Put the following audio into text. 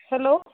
hello